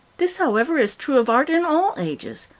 this, however, is true of art in all ages.